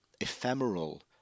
ephemeral